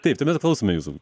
taip tuomet klausome jūsų